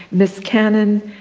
miss cannon,